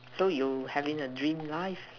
so you having the dream life